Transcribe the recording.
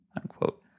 Unquote